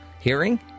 hearing